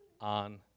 on